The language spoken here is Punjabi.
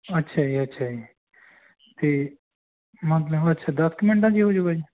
ਅੱਛਾ ਜੀ ਅੱਛਾ ਜੀ ਤਾਂ ਮਤਲਬ ਅੱਛਾ ਦਸ ਕੁ ਮਿੰਟਾ 'ਚ ਹੀ ਹੋਜੂ ਗਾ ਜੀ